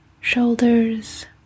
shoulders